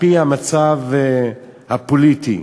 על-פי המצב הפוליטי.